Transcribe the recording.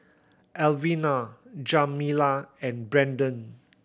Alvina Jamila and Brandon